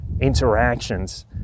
interactions